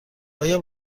آیا